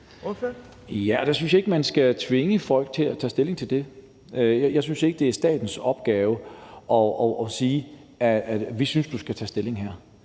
(NB): Der synes jeg ikke, man skal tvinge folk til at tage stilling til det. Jeg synes ikke, det er statens opgave at sige: Vi synes, du skal tage stilling her.